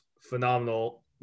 phenomenal